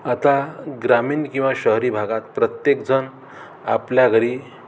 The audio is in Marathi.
आता ग्रामीण किंवा शहरी भागात प्रत्येकजण आपल्या घरी